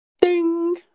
Ding